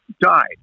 died